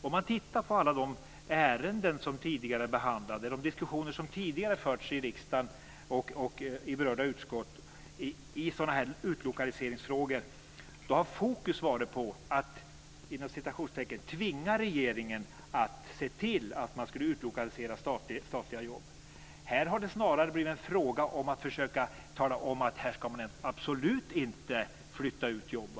Om man tittar på alla de ärenden som tidigare behandlats, de diskussioner som tidigare förts i riksdagen och i berörda utskott när det gäller sådana här utlokaliseringsfrågor, har fokus varit att "tvinga" regeringen att se till att man skulle utlokalisera statliga jobb. Här har det snarare blivit fråga om att försöka tala om att det absolut inte ska flyttas ut några jobb.